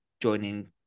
joining